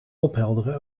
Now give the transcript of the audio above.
ophelderen